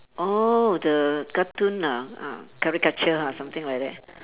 oh the cartoon ah ah caricature ah something like that